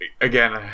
Again